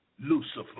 Lucifer